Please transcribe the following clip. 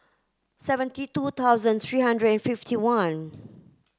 seventy two thousand three hundred and fifty one